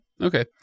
Okay